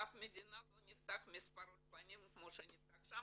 באף מדינה לא נפתח מספר אולפנים כמו שנפתחו בצרפת,